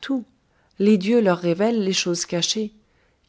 tout les dieux leur révèlent les choses cachées